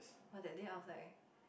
but that day I was like